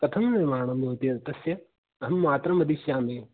कथं निर्माणं भवति एतस्य अहं मातरं वक्ष्यामि